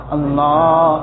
Allah